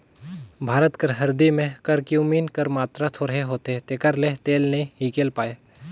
भारत कर हरदी में करक्यूमिन कर मातरा थोरहें होथे तेकर ले तेल नी हिंकेल पाए